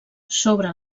sobre